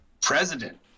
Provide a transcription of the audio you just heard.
president